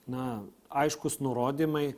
na aiškūs nurodymai